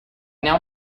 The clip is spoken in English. now